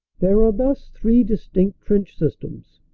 there are thus three distinct trench systems,